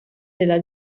della